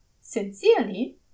sincerely